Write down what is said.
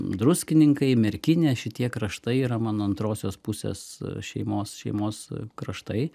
druskininkai merkinė šitie kraštai yra mano antrosios pusės šeimos šeimos kraštai